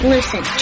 Listen